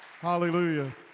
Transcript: Hallelujah